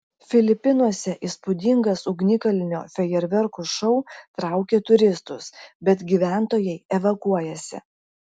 filipinuose įspūdingas ugnikalnio fejerverkų šou traukia turistus bet gyventojai evakuojasi